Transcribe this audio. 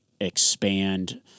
expand